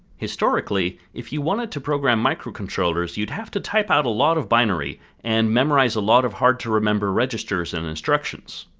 historically, if you wanted to program microcontrollers, you'd have to type out a lot of binary and memorize a lot of hard to remember registers and instructions.